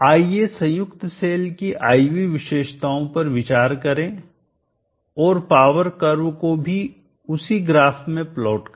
आइए संयुक्त सेल की I V विशेषताओं पर विचार करें और पावर कर्व को भी उसी ग्राफ में प्लॉट करें